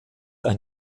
ein